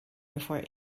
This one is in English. before